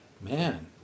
Man